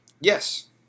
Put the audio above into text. Yes